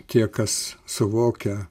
tie kas suvokia